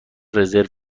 رزرو